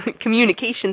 communication